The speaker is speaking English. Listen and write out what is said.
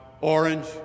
orange